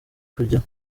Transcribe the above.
urugero